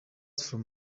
from